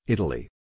Italy